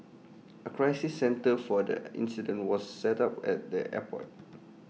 A crisis centre for the incident was set up at the airport